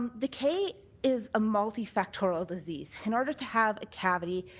decay is a multifactor ah disease. in order to have a cavity,